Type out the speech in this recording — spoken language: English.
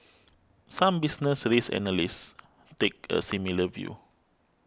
some business risk analysts take a similar view